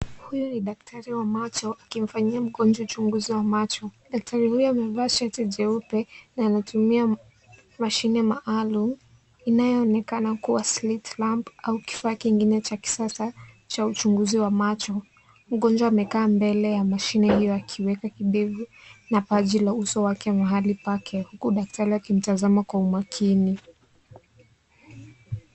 Huyu ni daktari wa macho akimfanyia mgonjwa uchunguzi wa macho. Daktari huyo amevaa shati jeupe na anatumia kifaa maalum inayoonekana kuwa slit lamp au kifaa kingine cha kisasa cha uchunguzi wa macho. Mgonjwa amekaa mbele ya mashine hiyo akiweka kidevu na paji la uso wake mahali pake huku daktari akimtazama kwa makini.